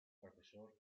profesor